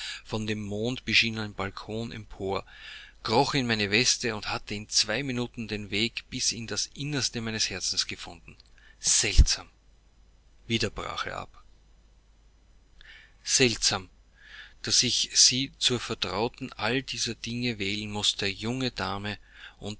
von dem mondbeschienenen balkon empor kroch in meine weste und hatte in zwei minuten den weg bis in das innerste meines herzens gefunden seltsam wieder brach er ab seltsam daß ich sie zur vertrauten all dieser dinge wählen mußte junge dame